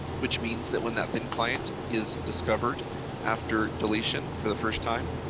which means that when that thin client is discovered after deletion for the first time